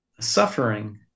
suffering